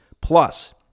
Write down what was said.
Plus